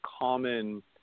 common